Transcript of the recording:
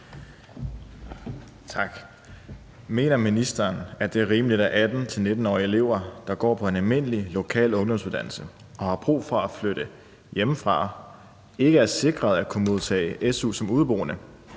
Mener ministeren, at det er rimeligt, at 18-19-årige elever, der går på en almindelig, lokal ungdomsuddannelse og har brug for at flytte hjemmefra, ikke er sikret at kunne modtage su som udeboende,